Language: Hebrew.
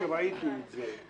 כשראיתי את זה,